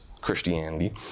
Christianity